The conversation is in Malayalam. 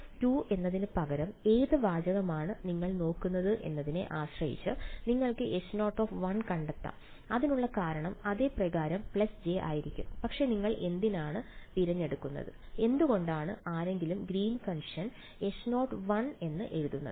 H0 എന്നതിന് പകരം ഏത് വാചകമാണ് നിങ്ങൾ നോക്കുന്നത് എന്നതിനെ ആശ്രയിച്ച് നിങ്ങൾക്ക് H0 കണ്ടെത്താം അതിനുള്ള കാരണം അതെ പ്രകാരം j ആയിരിക്കും പക്ഷേ നിങ്ങൾ എന്തിനാണ് തിരഞ്ഞെടുക്കുന്നത് എന്തുകൊണ്ടാണ് ആരെങ്കിലും ഗ്രീൻ ഫംഗ്ഷൻ H0 എന്ന് എഴുതുന്നത്